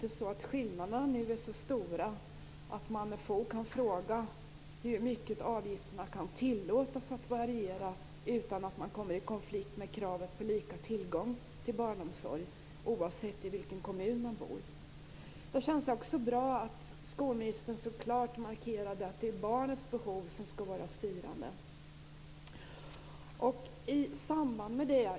Skillnaderna är nu så stora att vi med fog kan fråga oss hur mycket avgifterna kan tillåtas att variera utan att vi kommer i konflikt med kravet på lika tillgång till barnomsorg oavsett i vilken kommun man bor. Det känns också bra att skolministern så klart markerade att det är barnets behov som skall vara styrande.